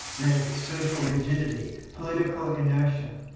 there's social rigidity, political inertia.